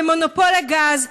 למונופול הגז,